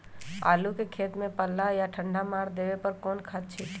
आलू के खेत में पल्ला या ठंडा मार देवे पर कौन खाद छींटी?